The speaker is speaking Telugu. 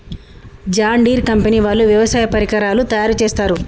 జాన్ ఢీర్ కంపెనీ వాళ్ళు వ్యవసాయ పరికరాలు తయారుచేస్తారు